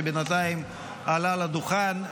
שבינתיים עלה לדוכן,